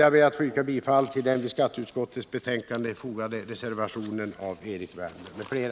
Jag ber att få yrka bifall till den vid skatteutskottets betänkande fogade reservationen av Erik Wärnberg m.fl.